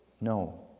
No